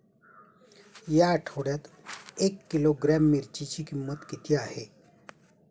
या आठवड्यात एक किलोग्रॅम मिरचीची किंमत किती आहे?